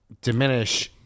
diminish